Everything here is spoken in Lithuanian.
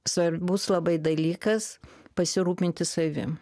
svarbus labai dalykas pasirūpinti savim